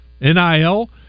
NIL